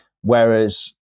Whereas